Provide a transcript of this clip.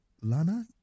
Lana